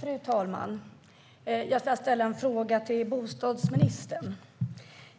Fru talman! Jag ska ställa en fråga till bostadsministern.